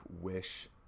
wish